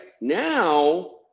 now